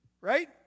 Right